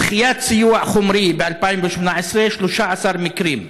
דחיית סיוע חומרי ב-2018, 13 מקרים,